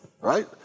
Right